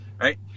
right